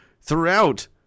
throughout